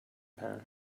pen